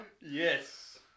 Yes